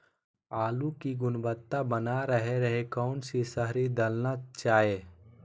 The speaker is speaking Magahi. आलू की गुनबता बना रहे रहे कौन सा शहरी दलना चाये?